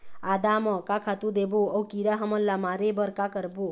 आदा म का खातू देबो अऊ कीरा हमन ला मारे बर का करबो?